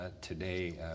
today